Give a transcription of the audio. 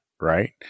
right